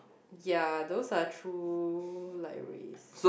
ya those are true light waves